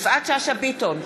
יפעת שאשא ביטון,